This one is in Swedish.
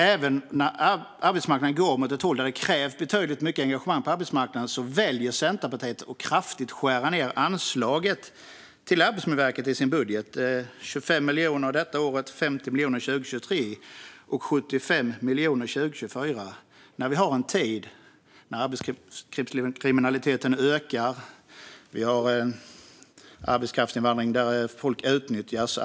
Även när arbetsmarknaden går i en riktning som gör att det krävs mycket engagemang på arbetsmarknaden väljer Centerpartiet att kraftigt skära ned anslaget till Arbetsmiljöverket i sin budget - det handlar om 25 miljoner det här året, 50 miljoner 2023 och 75 miljoner 2024. Man gör detta i en tid då arbetslivskriminaliteten ökar och då vi har en arbetskraftsinvandring där folk utnyttjas.